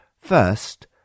First